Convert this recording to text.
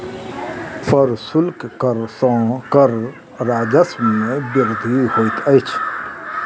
प्रशुल्क कर सॅ कर राजस्व मे वृद्धि होइत अछि